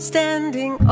Standing